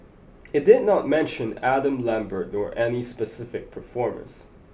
it did not mention Adam Lambert nor any specific performers